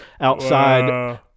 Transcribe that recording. outside